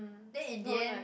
then in the end